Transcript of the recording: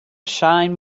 shine